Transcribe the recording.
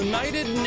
United